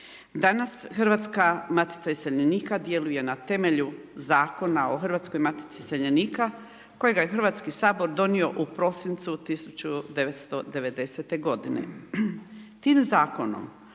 Danas Hrvatska matica iseljenika djeluje na temelju Zakona o Hrvatskoj matici iseljenika kojega je Hrvatski sabor donio u prosincu 1990. g. Tim zakonom